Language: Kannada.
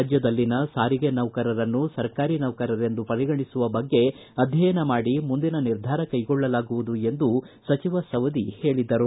ರಾಜ್ಯದಲ್ಲಿನ ಸಾರಿಗೆ ನೌಕರರನ್ನು ಸರ್ಕಾರಿ ನೌಕರರೆಂದು ಪರಿಗಣಿಸುವ ಬಗ್ಗೆ ಅಧ್ಯಯನ ಮಾಡಿ ಮುಂದಿನ ನಿರ್ಧಾರ ಕೈಗೊಳ್ಳಲಾಗುವುದು ಎಂದು ಸಚಿವ ಸವದಿ ಹೇಳಿದರು